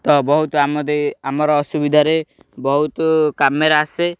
ତ ବହୁତ ଆମ ଆମର ଅସୁବିଧାରେ ବହୁତ କାମରେ ଆସେ